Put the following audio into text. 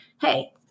hey